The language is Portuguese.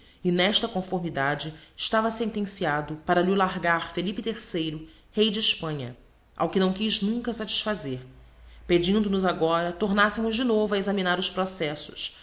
e nesta conformidade estava sentenciado para lh'o largar felipe o rey de hespanha ao que não quiz nunca satisfazer pedindo nos agora tornassemos de novo a examinar os processos